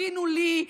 תפגינו מולי,